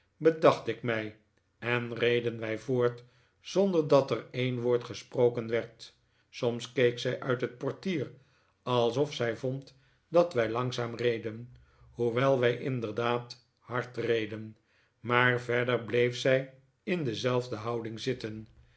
bedacht ik mij en reden wij voort zonder dat er een woord gesproken werd soms keek zij uit het portier alsof zij vond dat wij langzaam reden hoewel wij inderdaad hard reden maar verder bleef zij in dezelfde houding zitten